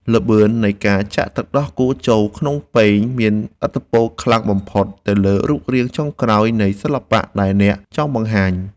ល្បឿននៃការចាក់ទឹកដោះគោចូលក្នុងពែងមានឥទ្ធិពលខ្លាំងបំផុតទៅលើរូបរាងចុងក្រោយនៃសិល្បៈដែលអ្នកចង់បង្ហាញ។